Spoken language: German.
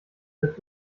mit